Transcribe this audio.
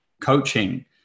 coaching